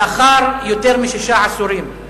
לא יעלה על הדעת שלאחר יותר משישה עשורים,